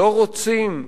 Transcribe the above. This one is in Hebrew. לא רוצים,